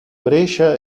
brescia